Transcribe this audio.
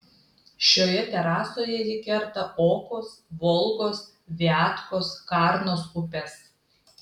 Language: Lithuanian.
šioje terasoje ji kerta okos volgos viatkos karnos upes